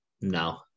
No